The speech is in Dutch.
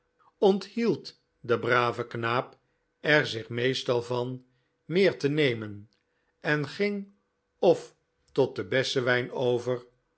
onthield de brave knaap er zich meestal van meer te nemen en ging of tot den bessenwijn over